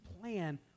plan